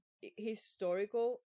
historical